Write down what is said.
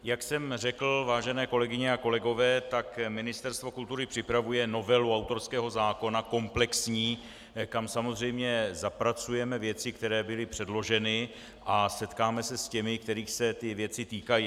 Jak jsem řekl, vážené kolegyně a kolegové, Ministerstvo kultury připravuje komplexní novelu autorského zákona, kam samozřejmě zapracujeme věci, které byly předloženy, a setkáme se s těmi, kterých se ty věci týkají.